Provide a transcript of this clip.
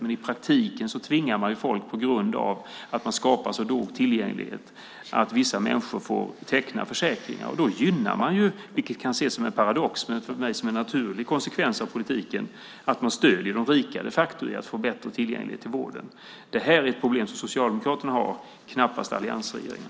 Men i praktiken tvingar man människor, på grund av att man skapar så låg tillgänglighet, att teckna försäkringar. Då gynnar man och stöder, vilket kan ses som en paradox men för mig är en naturlig konsekvens av politiken, de rika i att de facto få bättre tillgänglighet till vården. Det här är ett problem som Socialdemokraterna har, knappast alliansregeringen.